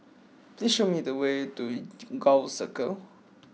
please show me the way to Gul Circle